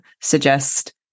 suggest